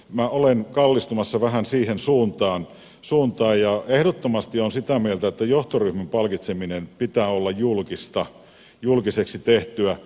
minä olen kallistumassa vähän siihen suuntaan ja ehdottomasti olen sitä mieltä että johtoryhmän palkitsemisen pitää olla julkiseksi tehtyä